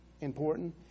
important